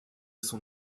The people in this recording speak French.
son